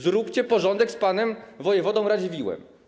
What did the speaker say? Zróbcie porządek z panem wojewodą Radziwiłłem.